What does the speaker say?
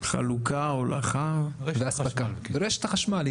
זו רשת החשמל.